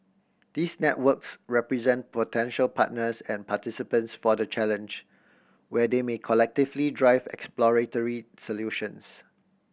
these networks represent potential partners and participants for the Challenge where they may collectively drive exploratory solutions